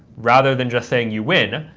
rather than just saying you win,